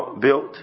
built